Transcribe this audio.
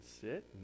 sit